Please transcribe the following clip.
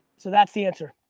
so that's the answer.